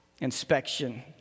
inspection